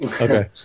Okay